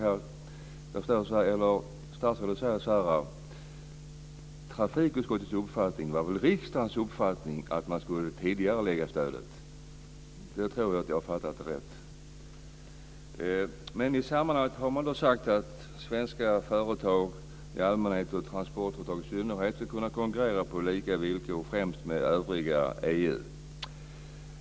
Statsrådet säger att det var trafikutskottets uppfattning att man skulle tidigarelägga stödet. Det var väl riksdagens uppfattning. Det tror jag att jag har förstått rätt. Men i det här sammanhanget har man då sagt att svenska företag i allmänhet och transportföretag i synnerhet ska kunna konkurrera på lika villkor, främst med övriga EU.